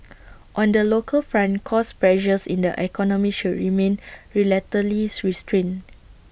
on the local front cost pressures in the economy should remain relatively restrained